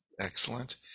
excellent